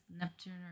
Neptune